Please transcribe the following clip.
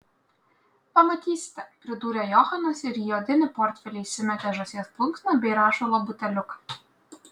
pamatysite pridūrė johanas ir į odinį portfelį įsimetė žąsies plunksną bei rašalo buteliuką